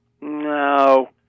no